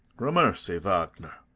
gramercy, wagner.